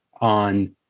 on